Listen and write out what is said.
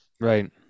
Right